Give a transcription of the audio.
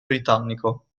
britannico